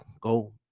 go